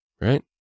Right